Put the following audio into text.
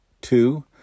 two